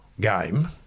game